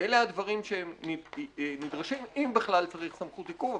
אלה הדברים שנדרשים אם בכלל צריך סמכות עיכוב,